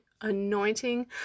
anointing